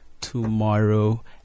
tomorrow